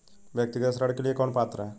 व्यक्तिगत ऋण के लिए कौन पात्र है?